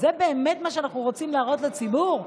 זה באמת מה שאנחנו רוצים להראות לציבור?